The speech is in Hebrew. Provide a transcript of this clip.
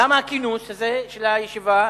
למה הכינוס הזה של הישיבה?